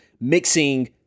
mixing